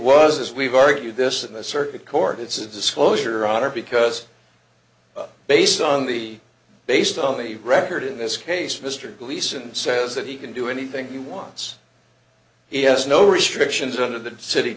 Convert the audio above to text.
was as we've argued this in the circuit court it's a disclosure either because based on the based on the record in this case mr gleason says that he can do anything he wants he has no restrictions under the city